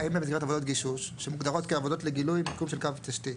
האם במסגרת עבודות גישוש שמוגדרות כעבודות לגילוי מיקום של קו תשתית